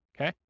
okay